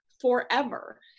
forever